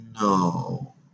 no